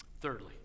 Thirdly